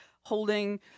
holding